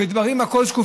וכל הדברים שקופים.